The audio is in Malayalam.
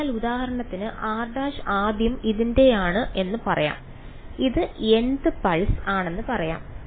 അതിനാൽ ഉദാഹരണത്തിന് r ′ ആദ്യം ഇതിൻറെതാണ് എന്ന് പറയാം ഇത് nth പൾസ് ആണെന്ന് പറയാം